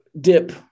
dip